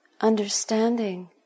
understanding